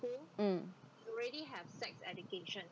mm